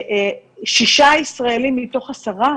שישה ישראלים מתוך עשרה